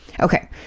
Okay